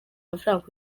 amafaranga